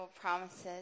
promises